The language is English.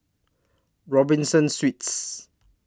Robinson Suites